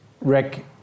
Rick